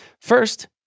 First